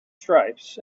stripes